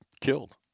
killed